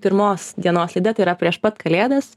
pirmos dienos laida tai yra prieš pat kalėdas